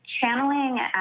channeling